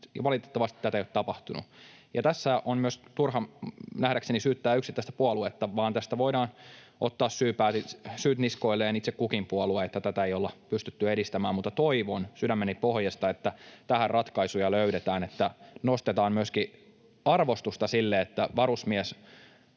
valitettavasti tätä ei ole tapahtunut. Tässä on myös turha nähdäkseni syyttää yksittäistä puoluetta, vaan tästä voidaan ottaa syyt niskoilleen itse kukin puolue, että tätä ei olla pystytty edistämään, mutta toivon sydämeni pohjasta, että tähän ratkaisuja löydetään, että nostetaan myöskin arvostusta sille, että kun varusmiehet